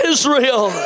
Israel